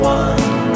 one